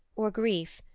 or grief,